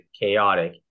chaotic